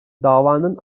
davanın